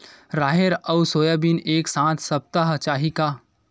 राहेर अउ सोयाबीन एक साथ सप्ता चाही का?